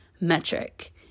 metric